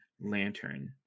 Lantern